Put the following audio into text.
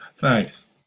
Thanks